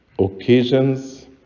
occasions